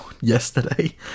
yesterday